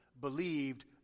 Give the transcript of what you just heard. believed